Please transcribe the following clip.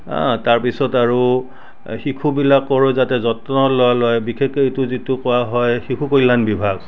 অঁ তাৰপিছত আৰু শিশুবিলাকৰো যাতে যত্ন ল লয় বিশেষকৈ এইটো যিটো কোৱা হয় শিশু কল্যাণ বিভাগ